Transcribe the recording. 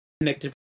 connected